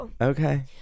Okay